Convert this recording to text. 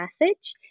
message